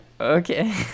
Okay